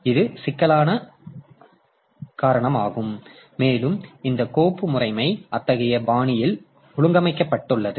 எனவே இது சிக்கலானதாக ஆக்குகிறது மேலும் இந்த கோப்பு முறைமை அத்தகைய பாணியில் ஒழுங்கமைக்கப்பட்டுள்ளது இந்த அணுகல் அல்லது தேடல் எளிதானது